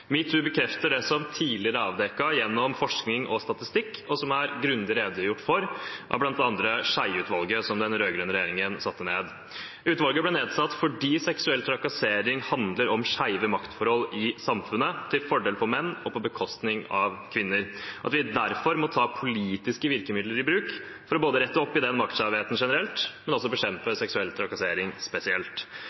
#metoo bekrefter det som tidligere er avdekket gjennom forskning og statistikk, og som er grundig redegjort for av bl.a. Skjeie-utvalget, som den rød-grønne regjeringen satte ned. Utvalget ble nedsatt fordi seksuell trakassering handler om skjeve maktforhold i samfunnet til fordel for menn og på bekostning av kvinner, og at vi derfor må ta politiske virkemidler i bruk – for å rette opp i den maktskjevheten generelt, men også for å bekjempe seksuell trakassering spesielt.